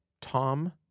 Tom